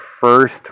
first